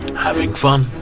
having fun